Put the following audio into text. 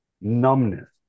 numbness